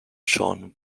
john